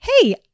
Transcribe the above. hey